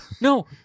No